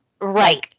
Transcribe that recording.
Right